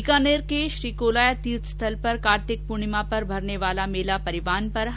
बीकानेर के श्रीकोलायत तीर्थ स्थल पर कार्तिक पूर्णिमा पर भरने वाला मेला परवान पर है